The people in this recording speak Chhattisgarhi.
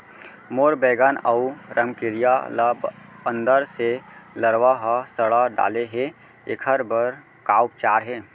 मोर बैगन अऊ रमकेरिया ल अंदर से लरवा ह सड़ा डाले हे, एखर बर का उपचार हे?